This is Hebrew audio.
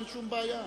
אין שום בעיה.